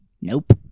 nope